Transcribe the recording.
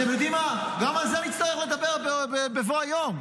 אתם יודעים מה, גם על זה נצטרך לדבר בבוא היום.